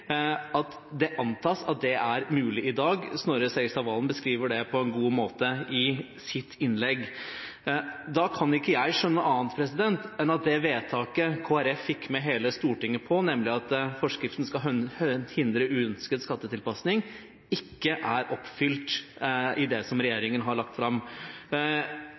at det antas at det er mulig i dag. Snorre Serigstad Valen beskriver det på en god måte i sitt innlegg. Da kan ikke jeg skjønne annet enn at det vedtaket Kristelig Folkeparti fikk med hele Stortinget på, nemlig at forskriften skal hindre uønsket skattetilpasning, ikke er oppfylt i det som regjeringen har lagt fram.